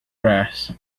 grass